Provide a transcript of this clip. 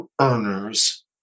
earners